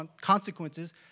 consequences